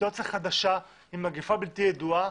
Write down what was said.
בסיטואציה חדשה עם מגפה בלתי ידועה,